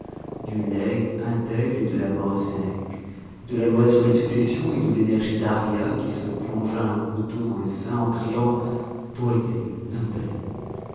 du legs un tel et de la mort de sénèque de la loi sur les successions et de l'énergie d'arria qui se plongea un couteau dans le sein en criant pœte